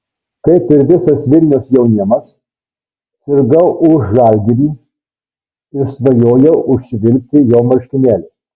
kaip ir visas vilniaus jaunimas sirgau už žalgirį ir svajojau užsivilkti jo marškinėlius